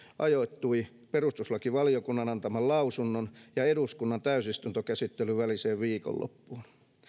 ajoittui perustuslakivaliokunnan antaman lausunnon ja eduskunnan täysistuntokäsittelyn väliseen viikonloppuun